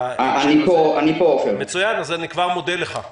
הוא יהיה פה מאוחר יותר.